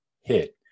hit